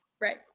Right